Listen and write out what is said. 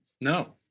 No